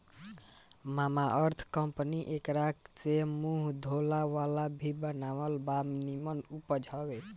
Mamaearth company एकरा से मुंह धोए वाला भी बनावत बा इ निमन उपज बावे